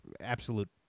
absolute